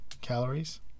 calories